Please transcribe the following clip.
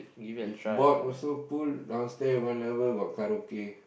if bored also pool downstair one level got karaoke